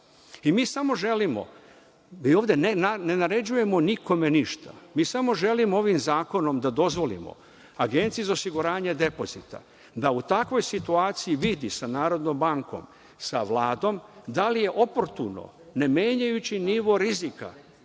samo želimo, mi ovde ne naređujemo nikome ništa, ovim zakonom da dozvolimo Agenciji za osiguranje depozita da u takvoj situaciji vidi sa Narodnom bankom, sa Vladom da li je oportuno, ne menjajući nivo rizika,